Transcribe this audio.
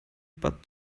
but